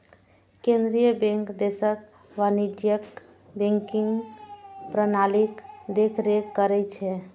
केंद्रीय बैंक देशक वाणिज्यिक बैंकिंग प्रणालीक देखरेख करै छै